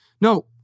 No